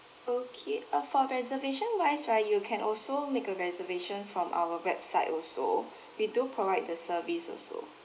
okay uh for reservation wise right you can also make a reservation from our website also we do provide the service also